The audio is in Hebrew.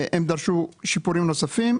הם דרשו שיפורים נוספים,